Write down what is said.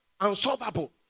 unsolvable